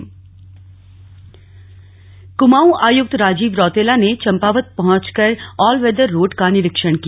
चारधाम सडक कुमाऊं आयुक्त राजीव रौतेला ने चम्पावत पहुंचकर ऑलवेदर रोड का निरीक्षण किया